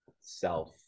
self